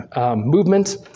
movement